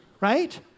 right